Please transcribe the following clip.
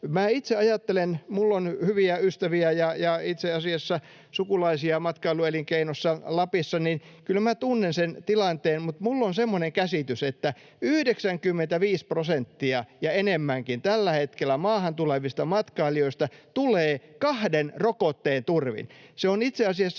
Minulla on hyviä ystäviä ja itse asiassa sukulaisia matkailuelinkeinossa Lapissa, niin että kyllä minä tunnen sen tilanteen, mutta minulla on semmoinen käsitys, että 95 prosenttia ja enemmänkin tällä hetkellä maahan tulevista matkailijoista tulee kahden rokotteen turvin. Se on itse asiassa